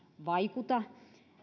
vaikuta